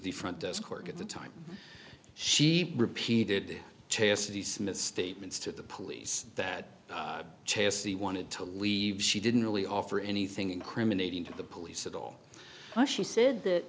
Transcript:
the front desk clerk at the time she repeated chastity smith's statements to the police that chassis wanted to leave she didn't really offer anything incriminating to the police at all but she said that